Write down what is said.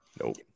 Nope